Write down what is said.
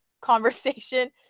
conversation